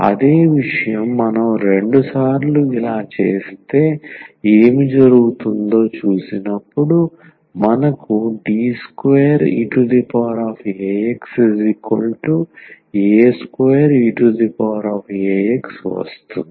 అదే విషయం మనం రెండుసార్లు ఇలా చేస్తే ఏమి జరుగుతుందో చూసినపుడు మనకు D2eaxa2eax వస్తుంది